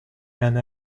and